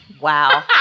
Wow